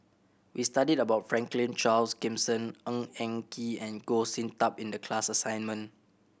we studied about Franklin Charles Gimson Ng Eng Kee and Goh Sin Tub in the class assignment